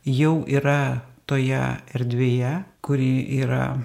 jau yra toje erdvėje kuri yra